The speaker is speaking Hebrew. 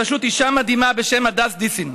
בראשות אישה מדהימה בשם הדס דיסין.